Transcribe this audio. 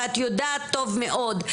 ואת יודעת טוב מאוד.